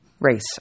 race